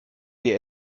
wir